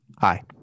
Hi